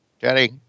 Jenny